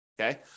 okay